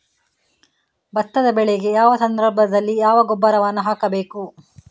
ಭತ್ತದ ಬೆಳೆಗೆ ಯಾವ ಸಂದರ್ಭದಲ್ಲಿ ಯಾವ ಗೊಬ್ಬರವನ್ನು ಹಾಕಬೇಕು?